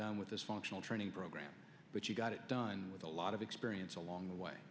done with this functional training program but you got it done with a lot of experience along the way